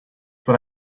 what